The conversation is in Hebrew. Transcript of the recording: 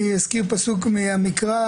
אני אזכיר פסוק מהתנ"ך,